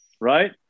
right